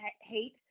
hate